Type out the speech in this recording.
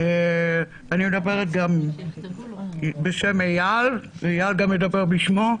אני מדברת גם בשם אייל, אייל גם מדבר בשמו.